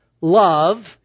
Love